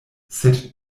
sed